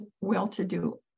well-to-do